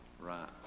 Right